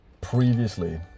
previously